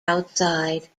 outside